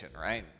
right